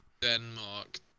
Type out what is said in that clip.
Denmark